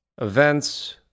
Events